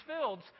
fields